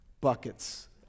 buckets